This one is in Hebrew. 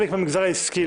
חלק מהמגזר העסקי,